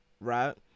right